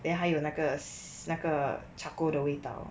then 还有那个 s~ 那个 charcoal 的味道